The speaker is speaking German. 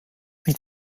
mit